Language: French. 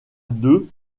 deux